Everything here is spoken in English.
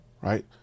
right